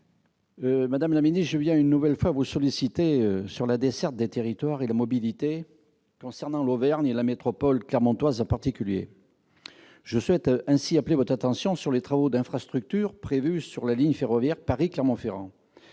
Madame la ministre, une nouvelle fois, je viens vous solliciter sur la desserte des territoires et la mobilité concernant l'Auvergne et la métropole clermontoise en particulier. Je souhaite ainsi appeler votre attention sur les travaux d'infrastructures prévus sur la ligne ferroviaire Paris-Clermont-Ferrand.